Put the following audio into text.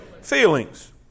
feelings